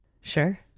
Sure